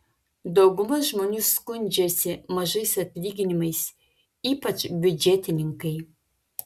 dauguma žmonių skundžiasi mažais atlyginimais ypač biudžetininkai